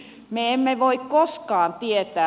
me emme voi koskaan tietää